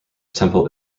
temple